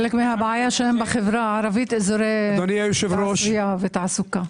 חלק מהבעיה היא שבחברה הערבית אין אזורי תעשייה ותעסוקה.